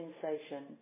sensation